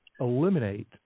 eliminate